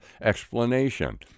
explanation